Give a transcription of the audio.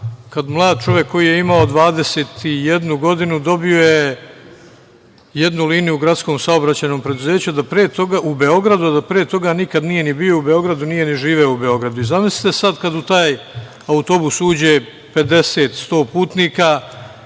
kad je mlad čovek, koji je imao 21 godinu, dobio jednu liniju u Gradskom saobraćajnom preduzeću u Beogradu, a da pre toga nikad nije ni bio u Beogradu, nije ni živeo u Beogradu. Zamislite, sad kad u taj autobus uđe 50, 100 putnika